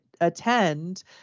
attend